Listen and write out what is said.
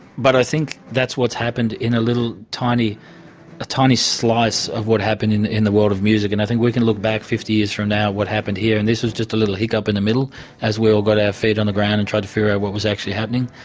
but i think that's what's happened in a little tiny tiny slice of what happened in in the world of music, and i think we can look back fifty years from now what happened here, and this is just a little hiccup in the middle as we all got our feet on the ground and tried to figure out what was actually happening.